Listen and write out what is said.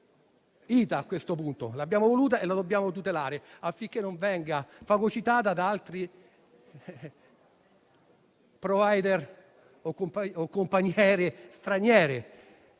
l'abbiamo voluta e la dobbiamo tutelare, affinché non venga fagocitata da altri soggetti o compagnie aeree straniere,